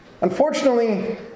Unfortunately